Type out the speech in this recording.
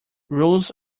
rules